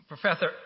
Professor